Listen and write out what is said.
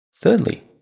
Thirdly